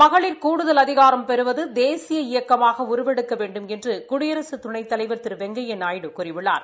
மகளிருக்கு கூடுதல் அதிகாரம் பெறுவது தேசிய இயக்கமாக உருவெடுக்க வேண்டுமென்று குடியரசு துணைத்தலைவா் திரு வெங்கையா நாயுடு கூறியுள்ளார்